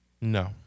No